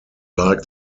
like